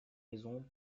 maisons